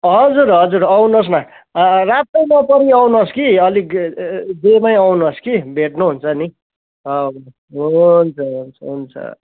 हजुर हजुर आउनु होस् न रात चाहिँ नपरी आउनु होस् कि अलिक डेमा आउनु होस् कि भेट्नु हुन्छ नि हुन्छ हुन्छ हुन्छ